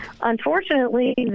unfortunately